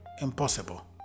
impossible